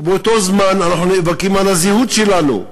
ובאותו זמן אנחנו נאבקים על הזהות שלנו,